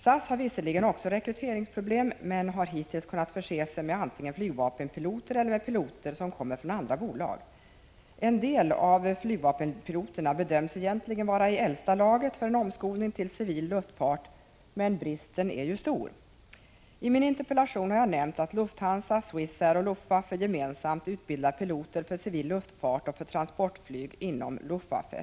SAS har visserligen också rekryteringsproblem, men har hittills kunnat förse sig antingen med flygvapenpiloter eller också med piloter som kommer från andra bolag. En del av flygvapenpiloterna bedöms egentligen vara i äldsta laget för en omskolning till civil luftfart, men bristen är ju stor! I min interpellation har jag nämnt att Lufthansa, Swissair och Luftwaffe gemensamt utbildar piloter för civil luftfart och för transportflyg inom Luftwaffe.